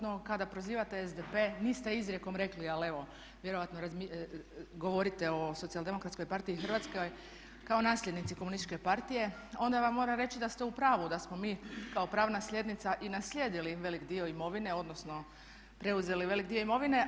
No, kada prozivate SDP niste izrijekom rekli, ali evo vjerojatno govorite o Socijaldemokratskoj partiji Hrvatske kao nasljednici komunističke partije, onda vam moram reći da ste u pravu da smo mi kao pravna slijednica i naslijedili velik dio imovine, odnosno preuzeli velik dio imovine.